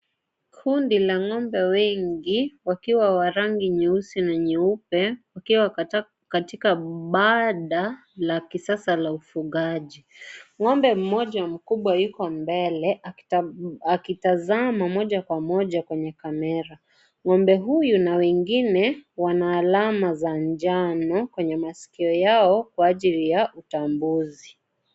Kundi la ngombe wengi wakiwa wa rangi nyeusi na nyeupe wakiwa katika bada la kisasa la ufugaji. Ngombe mmoja mkubwa yuko mbele akitazama moja kwa moja kwenye kamera. Ngombe huyu na wengine wana alama za njano kwenye masikio yao kwa ajili ya utambuzi.